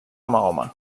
mahoma